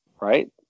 right